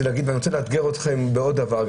להגיד ואני רוצה לאתגר אתכם בעוד דבר,